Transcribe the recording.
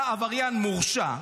אתה עבריין מורשע,